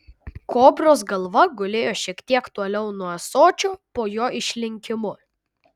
kobros galva gulėjo šiek tiek toliau nuo ąsočio po jo išlinkimu